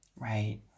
right